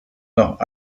noch